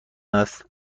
است